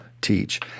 teach